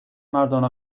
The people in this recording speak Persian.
مردان